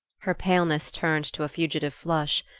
her paleness turned to a fugitive flush.